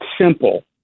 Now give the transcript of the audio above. simple